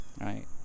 Right